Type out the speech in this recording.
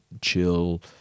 chill